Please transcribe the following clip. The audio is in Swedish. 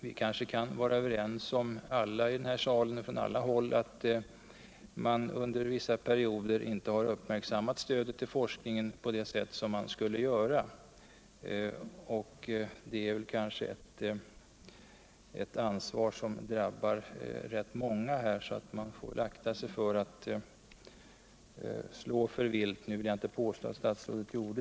Vi i den här salen — från alla håll — kanske kan vara överens om att vi under vissa perioder inte har uppmärksam mat stödet till forskningen på det sätt som vi borde ha gjort. Det är ett ansvar som får bäras av ganska många av oss.